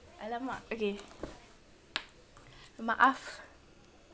!alamak! okay maaf